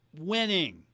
winning